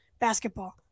basketball